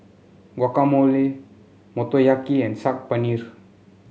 Guacamole Motoyaki and Saag Paneer